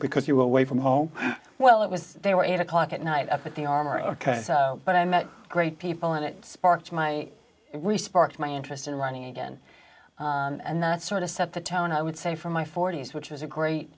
because you were away from home well it was there were eight o'clock at night at the armory ok but i met great people and it sparked my we sparked my interest in running again and that sort of set the tone i would say from my forty's which was a great